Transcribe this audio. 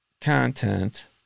content